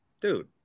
dude